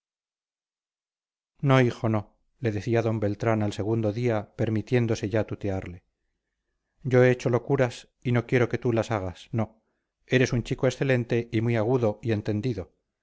no hijo no le decía d beltrán al segundo día permitiéndose ya tutearle yo he hecho locuras y no quiero que tú las hagas no eres un chico excelente y muy agudo y entendido